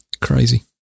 Crazy